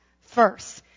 first